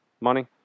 money